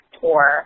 tour